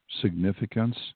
significance